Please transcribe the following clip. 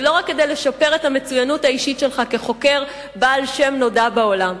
ולא רק כדי לשפר את המצוינות האישית שלך כחוקר בעל שם נודע בעולם.